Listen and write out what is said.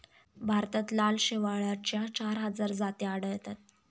भारतात लाल शेवाळाच्या चार हजार जाती आढळतात